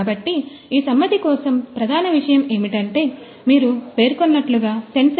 కాబట్టి ఈ సమ్మతి కోసం ప్రధాన విషయం ఏమిటంటే మీరు పేర్కొన్నట్లుగా సెన్సార్